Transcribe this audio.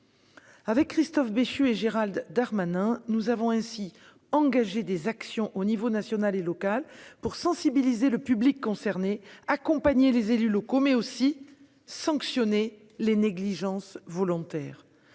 Avec Christophe Béchu et Gérald Darmanin, nous avons engagé des actions aux niveaux national et local pour sensibiliser le public concerné et accompagner les élus locaux, mais aussi pour sanctionner les négligences volontaires